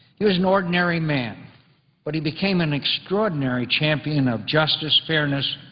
he was an ordinary man but he became an extraordinary champion of justice, fairness,